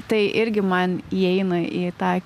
tai irgi man įeina į tą